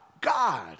God